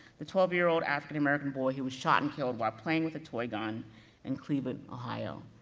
the twelve year old african american boy who was shot and killed while playing with a toy gun in cleveland, ohio.